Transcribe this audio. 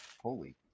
Holy